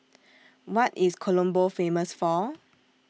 What IS Colombo Famous For